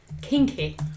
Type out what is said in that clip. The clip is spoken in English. kinky